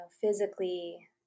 physically